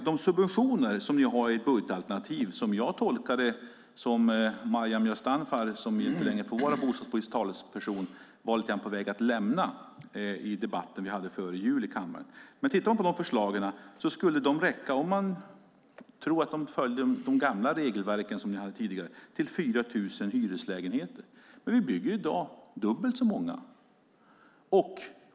De subventioner ni har i ert budgetalternativ - dem som Maryam Yazdanfar, som inte längre får vara bostadspolitisk talesperson, var på väg att lämna i debatten vi hade i kammaren före jul - skulle räcka till 4 000 hyreslägenheter, om man följer de gamla regelverken. Men i dag bygger vi dubbelt så många.